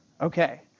Okay